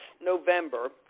November